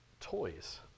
toys